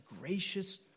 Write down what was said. gracious